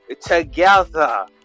together